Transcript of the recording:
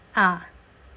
ah